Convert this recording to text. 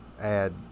add